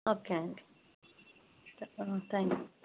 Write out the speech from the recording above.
ఒకే అండి త్యాంక్స్